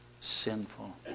sinful